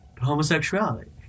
homosexuality